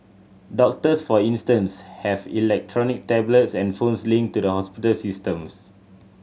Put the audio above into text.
doctors for instance have electronic tablets and phones linked to the hospital systems